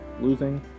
losing